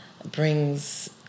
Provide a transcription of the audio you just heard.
brings